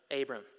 Abram